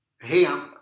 hey